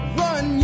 run